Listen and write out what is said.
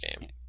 game